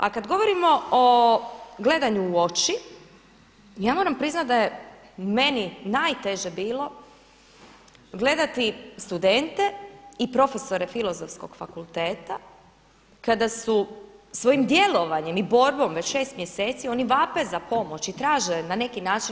A kad govorimo o gledanju u oči ja moram priznati da je meni najteže bilo gledati studente i profesore Filozofskog fakulteta kada su svojim djelovanjem i borbom već 6 mjeseci, oni vape za pomoć i traže na neki način.